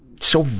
so,